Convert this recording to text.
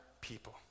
people